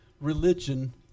religion